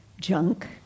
junk